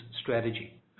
strategy